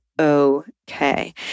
okay